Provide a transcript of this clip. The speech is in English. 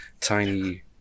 tiny